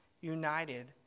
united